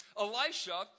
Elisha